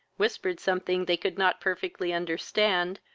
whispered something they could not perfectly understand,